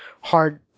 hard